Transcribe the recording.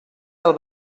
del